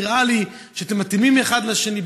נראה לי שאתם מתאימים אחד לשני,